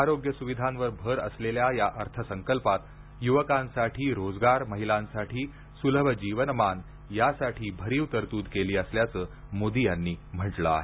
आरोग्य सुविधांवर भर असलेल्या या अर्थसंकल्पात युवकांसाठी रोजगार महिलांसाठी सुलभ जीवनमान यासाठी देखील भरीव तरतूद केली असल्याचं मोदी यांनी म्हटलं आहे